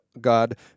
God